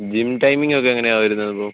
gym timing ഒക്കെ എങ്ങനെയാണ് വരുന്നത് ബ്രോ